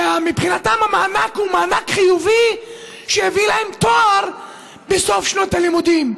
ומבחינתם המענק הוא מענק חיובי שיביא להם תואר בסוף שנות הלימודים.